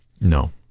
No